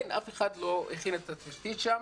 אף אחד לא הכין את התשתית שם